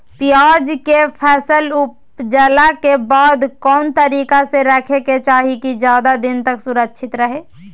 प्याज के फसल ऊपजला के बाद कौन तरीका से रखे के चाही की ज्यादा दिन तक सुरक्षित रहय?